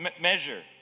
measure